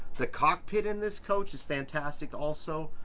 the cockpit in this coach is fantastic also.